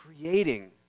creating